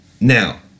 Now